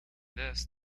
this